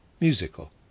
Musical